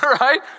right